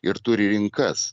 ir turi rinkas